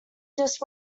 just